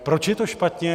Proč je to špatně?